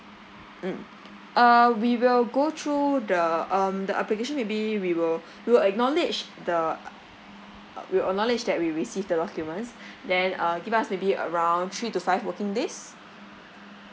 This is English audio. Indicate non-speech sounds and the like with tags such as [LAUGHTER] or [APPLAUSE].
mm uh we will go through the um the application maybe we will we'll acknowledge the [NOISE] uh we'll acknowledge that we receive the documents then uh give us maybe around three to five working days